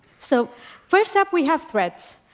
so first up we have threads.